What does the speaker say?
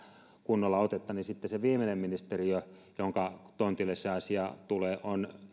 kunnolla otetta sitten se viimeinen ministeriö jonka tontille se asia tulee on